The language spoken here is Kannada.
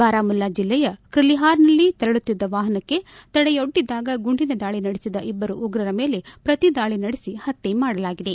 ಬಾರಾಮುಲ್ಲಾ ಜೆಲ್ಲೆಯ ಕ್ರಲಿಹಾರ್ನಲ್ಲಿ ತೆರಳುತ್ತಿದ್ದ ವಾಹನಕ್ಕೆ ತಡೆಯೊಡ್ಡಿದಾಗ ಗುಂಡಿನ ದಾಳಿ ನಡೆಸಿದ ಇಬ್ಬರು ಉಗ್ರರ ಮೇಲೆ ಪ್ರತಿದಾಳಿ ನಡೆಸಿ ಹತ್ಯೆ ಮಾಡಲಾಗಿದೆ